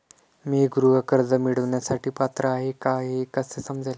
मी गृह कर्ज मिळवण्यासाठी पात्र आहे का हे कसे समजेल?